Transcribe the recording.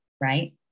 right